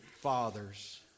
fathers